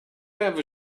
ever